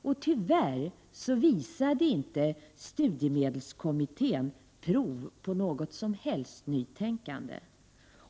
Och tyvärr visade studiemedelskommittén inte prov på något som helst nytänkande.